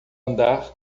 andar